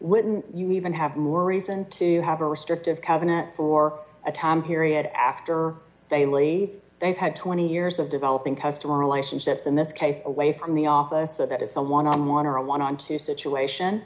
wouldn't you even have more reason to have a restrictive covenants for a time here yet after they leave they've had twenty years of developing customer relationships in this case away from the office of that is the one on one or a one on two situation